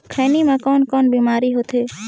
खैनी म कौन कौन बीमारी होथे?